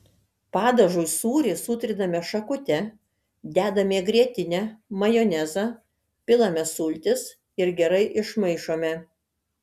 padažui sūrį sutriname šakute dedame grietinę majonezą pilame sultis ir gerai išmaišome